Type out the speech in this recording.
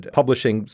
publishing